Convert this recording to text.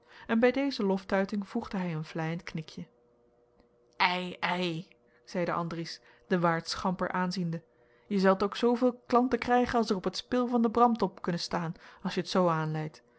en bij deze loftuiting voegde hij een vleiend knikje ei ei zeide andries den waard schamper aanziende jij zelt ook zooveel klanten krijgen as er op het spil van den bramtop kunnen staan as je t zoo anleit